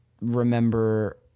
remember